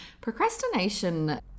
procrastination